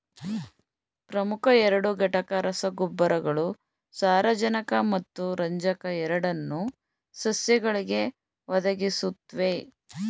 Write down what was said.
ಪ್ರಮುಖ ಎರಡು ಘಟಕ ರಸಗೊಬ್ಬರಗಳು ಸಾರಜನಕ ಮತ್ತು ರಂಜಕ ಎರಡನ್ನೂ ಸಸ್ಯಗಳಿಗೆ ಒದಗಿಸುತ್ವೆ